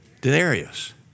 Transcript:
denarius